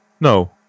No